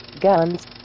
guns